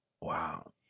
Wow